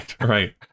right